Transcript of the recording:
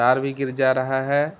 تار بھی گر جا رہا ہے